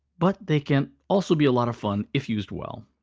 but they can also be a lot of fun if used well.